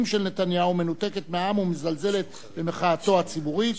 של נתניהו מנותקת מהעם ומזלזלת במחאתו הציבורית,